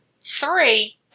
three